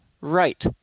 Right